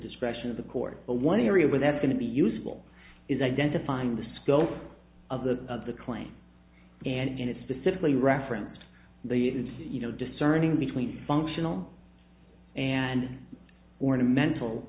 discretion of the court but one area where that's going to be useful is identifying the scope of the of the claim and it specifically referenced the you know discerning between functional and ornamental